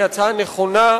היא הצעה נכונה,